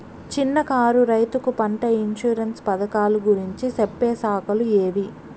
చిన్న కారు రైతుకు పంట ఇన్సూరెన్సు పథకాలు గురించి చెప్పే శాఖలు ఏవి?